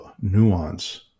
nuance